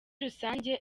rusange